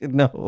no